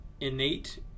innate